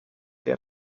der